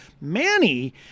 Manny